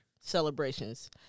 celebrations